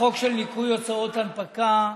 החוק של ניכוי הוצאות הנפקה,